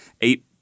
eight